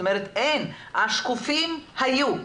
השקופים היו.